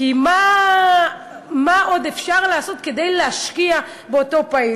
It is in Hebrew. כי מה עוד אפשר לעשות כדי להשקיע באותו פעיל?